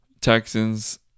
Texans